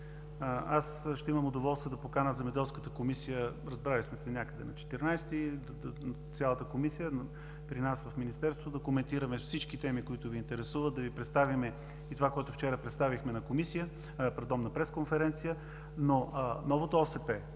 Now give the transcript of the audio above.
Аз ще имам удоволствието да поканя Земеделската комисия, разбрали сме се някъде на 14-и, цялата комисия, при нас в Министерството, да коментираме всички теми, които Ви интересуват, да Ви представим и това, което вчера представихме на Комисия, пардон – на пресконференция. В новата ОСП,